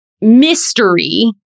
mystery